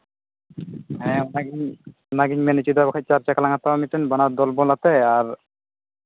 ᱦᱮᱸ ᱚᱱᱟᱜᱤᱧ ᱚᱱᱟᱜᱤᱧ ᱢᱮᱱ ᱦᱚᱪᱚᱭᱫᱟ ᱵᱟᱠᱷᱟᱱ ᱪᱟᱨ ᱪᱟᱠᱟ ᱞᱟᱝ ᱦᱟᱛᱟᱣᱟ ᱢᱤᱫᱴᱮᱱ ᱵᱟᱱᱟᱨ ᱫᱚᱞ ᱵᱚᱞ ᱟᱛᱮᱫ